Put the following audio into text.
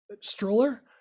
stroller